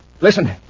Listen